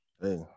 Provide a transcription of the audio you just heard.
Hey